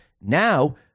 Now